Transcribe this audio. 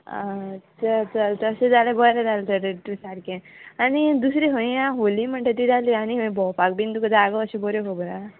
आं चल चल तशें जाल्यार बरें जालें तर तूं सारकें आनी दुसरी खंय या होली म्हणटा ती जाली आनी खंय भोंवपाक बीन तुका जागो अशे बरे खबर हा